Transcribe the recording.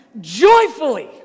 joyfully